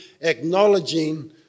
acknowledging